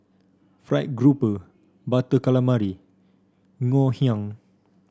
Fried Grouper Butter Calamari Ngoh Hiang